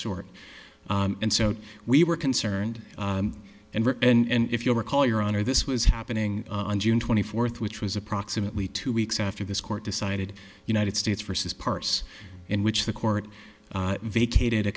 sort and so we were concerned and and if you'll recall your honor this was happening on june twenty fourth which was approximately two weeks after this court decided united states versus parts in which the court vacated a